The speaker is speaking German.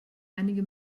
einige